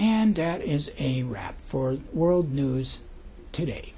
and that is a wrap for world news today